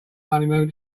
honeymoon